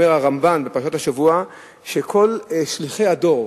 אומר הרמב"ן בפרשת השבוע, שכל שליחי הדור,